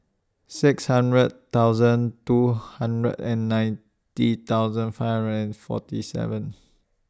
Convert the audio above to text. six hundred thousand two hundred and ninety thousand five hundred and forty seven